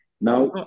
now